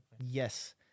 Yes